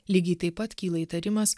lygiai taip pat kyla įtarimas